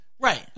right